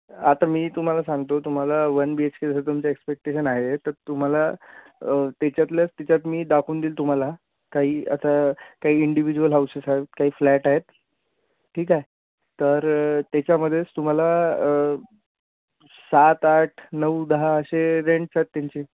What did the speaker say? आता मी तुम्हाला सांगतो तुम्हाला वन बी एच के जसं तुमचं एक्सपेक्टेशन आहे तर तुम्हाला त्याच्यातल्या त्याच्यात मी दाखवून दील मी तुम्हाला काही आता काही इंडिव्हिज्युअल हाऊसेस आहेत काही फ्लॅट आहेत ठीक आहे तर त्याच्यामध्येच तुम्हाला सात आठ नऊ दहा अशे रेंट्स आहेत त्यांचे